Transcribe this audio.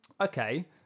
Okay